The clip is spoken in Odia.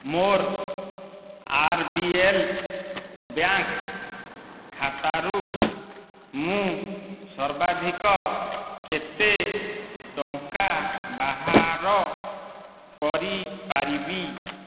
ମୋର ଆର୍ ବି ଏଲ୍ ବ୍ୟାଙ୍କ ଖାତାରୁ ମୁଁ ସର୍ବାଧିକ କେତେ ଟଙ୍କା ବାହାର କରିପାରିବି